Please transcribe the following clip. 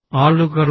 ആളുകളോ